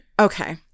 Okay